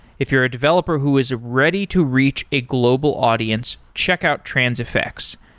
if you're a developer who is ready to reach a global audience, check out transifex.